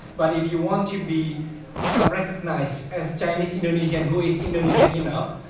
but if you want to be ah recognized as chinese-indonesian who is indonesian enough,